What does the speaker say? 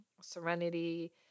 Serenity